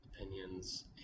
opinions